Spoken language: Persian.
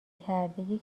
کرده